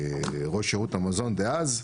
ולראש שירות המזון דאז,